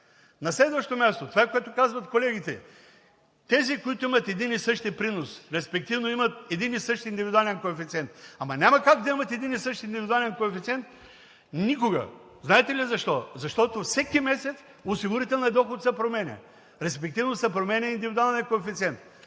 На следващо място, това, което казват колегите – тези, които имат един и същи принос, респективно имат един и същи индивидуален коефициент. Ама няма как да имате един и същи индивидуален коефициент никога! Знаете ли защо? Защото всеки месец осигурителният доход се променя, респективно се променя и индивидуалният коефициент.